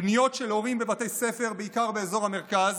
פניות של הורים מבתי ספר, בעיקר באזור המרכז,